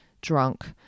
drunk